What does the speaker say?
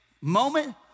moment